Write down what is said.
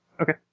Okay